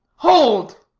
hold!